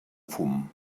fum